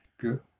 Good